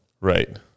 Right